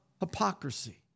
hypocrisy